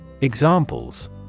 Examples